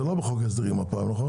אבל זה לא בחוק ההסדרים הפעם, נכון?